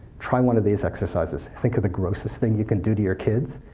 try one of these exercises. think of the grossest thing you could do to your kids,